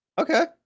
okay